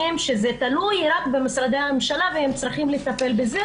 וזה תלוי רק במשרדי הממשלה והם צריכים לטפל בזה,